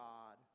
God